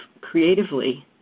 creatively